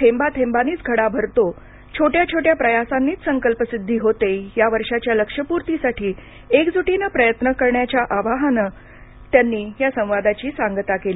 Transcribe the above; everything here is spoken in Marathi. थेंबा थेंबांनीच घडा भरतो छोट्या छोट्या प्रयासांनीच संकल्पसिद्धी होते या वर्षाच्या लक्ष्यपूर्तीसाठी एकजूटीनं प्रयत्न करत राहण्याच्या आवाहनानं आपल्या या संवादाची सांगता केली